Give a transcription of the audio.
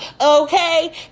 Okay